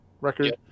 record